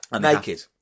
Naked